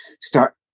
start